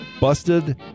busted